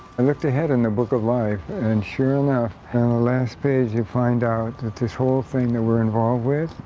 i looked ahead in the book of life and sure enough, at and the last page you find out that this whole thing that we're involved with,